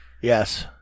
Yes